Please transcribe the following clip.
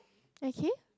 okay